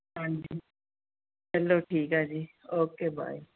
ਹਾਂਜੀ ਚਲੋ ਠੀਕ ਆ ਜੀ ਓਕੇ ਬਾਏ